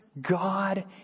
God